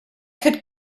could